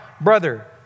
brother